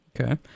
Okay